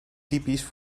typisch